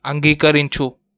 అంగీకరించు